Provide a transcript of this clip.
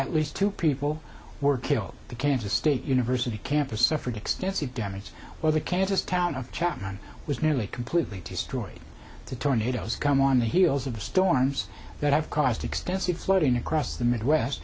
at least two people were killed the kansas state university campus suffered extensive damage as well the kansas town of chapman was nearly completely destroyed to tornadoes come on the heels of the storms that have caused extensive flooding across the midwest